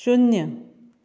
शुन्य